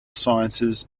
sciences